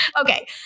Okay